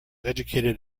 educated